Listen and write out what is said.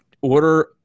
order